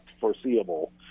foreseeable